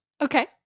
okay